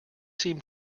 seem